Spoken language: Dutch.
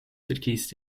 verkiest